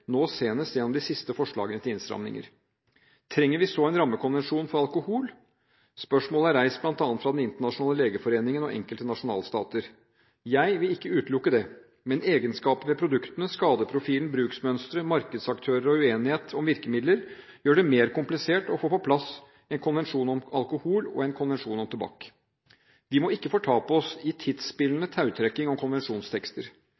nå senest gjennom de siste forslagene til innstramninger. Trenger vi så en rammekonvensjon for alkohol? Spørsmålet er reist bl.a. fra den internasjonale legeforeningen og enkelte nasjonalstater. Jeg vil ikke utelukke det. Men egenskaper ved produktene, skadeprofilen, bruksmønstre, markedsaktører og uenighet om virkemidler gjør det mer komplisert å få på plass en konvensjon om alkohol enn en konvensjon om tobakk. Vi må ikke fortape oss i